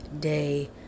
day